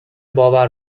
باور